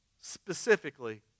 specifically